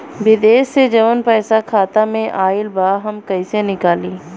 विदेश से जवन पैसा खाता में आईल बा हम कईसे निकाली?